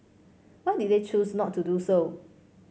why did they choose not to do so